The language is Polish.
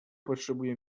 potrzebuje